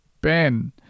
Ben